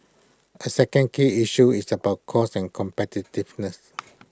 A second key issue is about costs and competitiveness